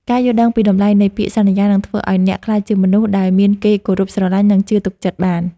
ការយល់ដឹងពីតម្លៃនៃពាក្យសន្យានឹងធ្វើឱ្យអ្នកក្លាយជាមនុស្សដែលមានគេគោរពស្រឡាញ់ និង ជឿទុកចិត្តបាន។